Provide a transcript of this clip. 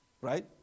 right